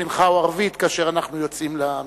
מנחה או ערבית כאשר אנחנו יוצאים למבואה.